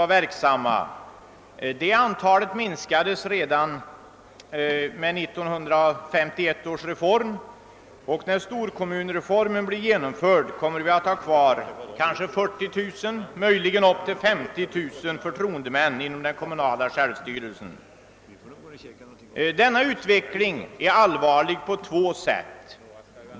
Detta antal minskades redan med 1951 års reform, och när storkommunsreformen blir genomförd kommer vi att ha kvar kanske 40 000, möjligen upp till 50 000, förtroendemän inom den kommunala självstyrelsen. Denna utveckling är allvarlig på två sätt.